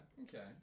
okay